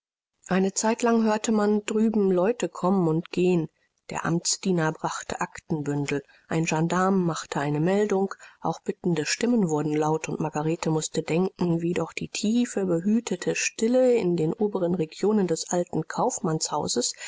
eine zeitlang hörte man drüben leute kommen und gehen der amtsdiener brachte aktenbündel ein gendarm machte eine meldung auch bittende stimmen wurden laut und margarete mußte denken wie doch die tiefe behütete stille in den oberen regionen des alten